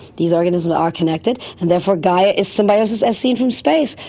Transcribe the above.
these organisms are connected, and therefore gaia is symbiosis as seen from space,